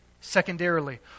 secondarily